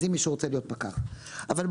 אם מישהו רוצה להיות פקח, בבקשה.